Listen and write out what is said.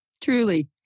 truly